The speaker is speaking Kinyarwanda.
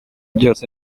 byose